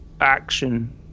action